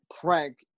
prank